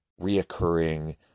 reoccurring